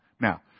Now